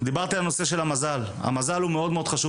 המזל חשוב